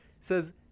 says